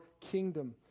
kingdom